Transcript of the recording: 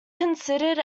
considered